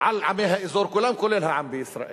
על עמי האזור כולם, כולל העם בישראל.